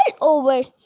over